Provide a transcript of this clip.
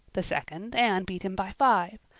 the second anne beat him by five.